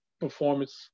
performance